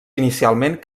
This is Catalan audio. inicialment